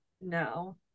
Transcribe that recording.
No